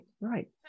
right